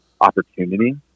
opportunity